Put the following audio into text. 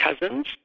cousins